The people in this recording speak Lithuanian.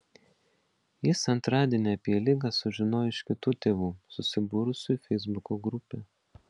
jis antradienį apie ligą sužinojo iš kitų tėvų susibūrusių į feisbuko grupę